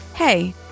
Hey